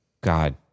God